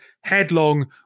headlong